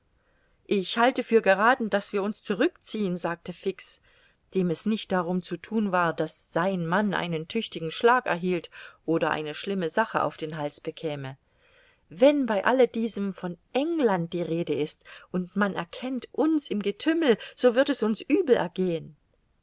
ich halte für gerathen daß wir uns zurückziehen sagte fix dem es nicht darum zu thun war daß sein mann einen tüchtigen schlag erhielt oder eine schlimme sache auf den hals bekäme wenn bei alle diesem von england die rede ist und man erkennt uns im getümmel so wird es uns übel ergehen